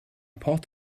pot